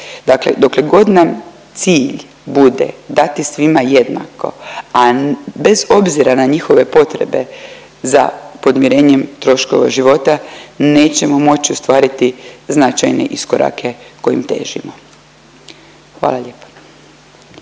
Dakle dokle god nam cilj bude dati svima jednako, a bez obzira na njihove potrebe za podmirenjem troškova života, nećemo moći ostvariti značajne iskorake kojim težimo. Hvala lijepa.